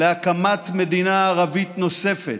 להקמת מדינה ערבית נוספת,